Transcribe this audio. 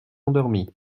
endormi